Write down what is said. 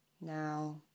Now